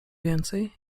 więcej